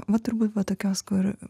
va turbūt va tokios kur